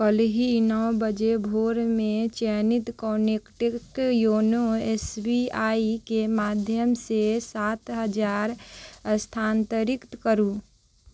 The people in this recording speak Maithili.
काल्हि नओ बजे भोरमे चयनित कॉन्टैक्टके योनो एस बी आइ के माध्यमसँ सात हजार स्थानान्तरित करू